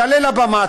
תעלה לבמה,